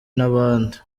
n’abandi